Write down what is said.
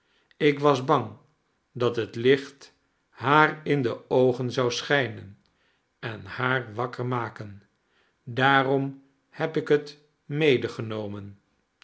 ik was bang dat het licht haar in de oogen zou schijnen en haar wakker maken daarom heb ik het